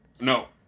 No